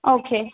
okay